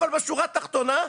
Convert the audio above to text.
אבל בשורה התחתונה,